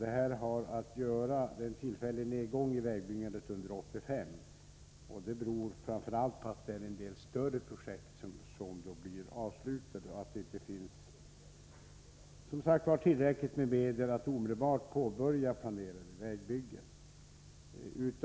Detta beror på en tillfällig nedgång i vägbyggandet under 1985, framför allt på grund av att en del större projekt avslutas då och att det inte finns tillräckligt med medel för att omedelbart påbörja planerade vägbyggen.